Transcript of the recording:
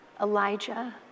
Elijah